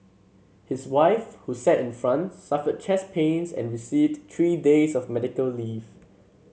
his wife who sat in front suffered chest pains and received three days of medical leave